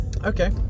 Okay